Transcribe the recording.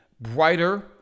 brighter